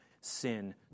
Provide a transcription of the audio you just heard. sin